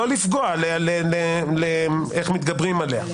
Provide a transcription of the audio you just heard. לא לפגוע, איך מתגברים עליה.